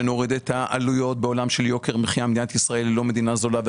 שנוריד את העלויות בעולם של יוקר מחיה; מדינת ישראל היא לא מדינה זולה,